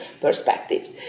perspectives